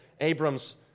Abram's